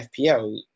FPL